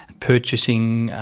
purchasing,